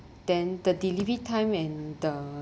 then the delivery time and the